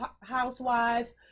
housewives